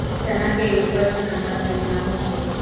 चना के उपज क्षमता केतना होखे?